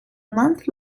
month